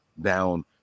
down